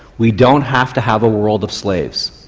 we don't have to have a world of slaves.